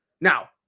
Now